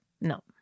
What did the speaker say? no